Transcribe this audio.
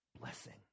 blessing